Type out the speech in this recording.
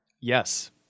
yes